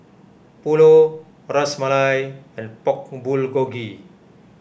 Pulao Ras Malai and Pork Bulgogi